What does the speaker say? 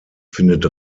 findet